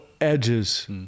edges